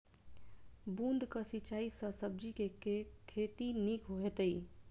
बूंद कऽ सिंचाई सँ सब्जी केँ के खेती नीक हेतइ?